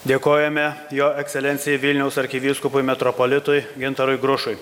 dėkojame jo ekscelencijai vilniaus arkivyskupui metropolitui gintarui grušui